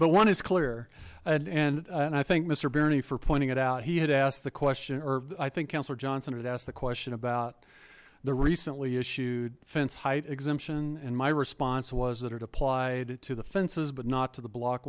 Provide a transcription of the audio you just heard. but one is clear and and and i think mister burney for pointing it out he had asked the question or i think councilor johnson had asked the question about the recently issued fence height exemption and my response was that it applied to the fences but not to the block